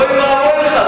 אוי ואבוי לך,